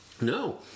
No